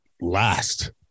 last